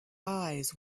eyes